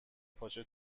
پاچه